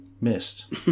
missed